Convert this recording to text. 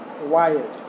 wired